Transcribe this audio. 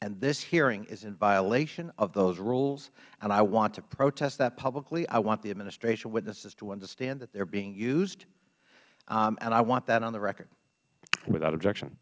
and this hearing is in violation of those rules and i want to protest that publicly i want the administration witnesses to understand that they are being used and i want that on the record mister lankford without objection